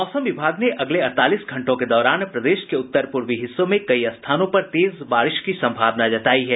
मौसम विभाग ने अगले अड़तालीस घंटों के दौरान प्रदेश के उत्तर पूर्वी हिस्सों में कई स्थानों पर तेज बारिश की संभावना जतायी है